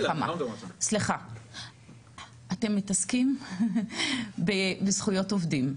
אתם מתעסקים בזכויות עובדים,